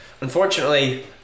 unfortunately